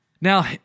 Now